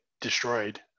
destroyed